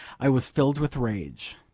i was filled with rage.